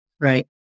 Right